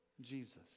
Jesus